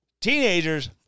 teenagers